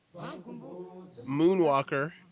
Moonwalker